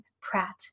Pratt